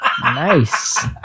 Nice